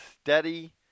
steady